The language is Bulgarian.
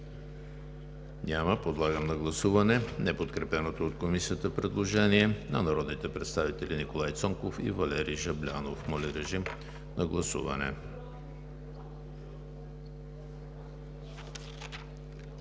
Няма. Ще подложа на гласуване неподкрепеното от Комисията предложение на народните представители Николай Цонков и Валери Жаблянов. Моля, гласувайте.